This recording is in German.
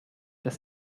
das